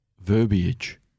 verbiage